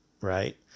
right